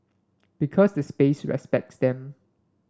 because the space respects them